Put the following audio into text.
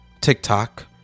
TikTok